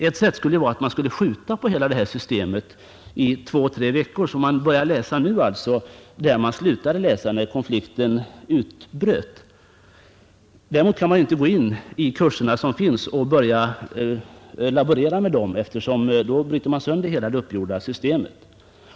Ett sätt vore att skjuta på hela systemet i två tre veckor så att de studerande började läsa nu där de slutade läsa när konflikten utbröt. Däremot kan man inte gå in i de kurser som finns och börja laborera med dem, eftersom man då bryter sönder hela det uppgjorda systemet.